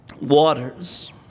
waters